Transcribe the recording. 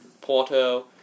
Porto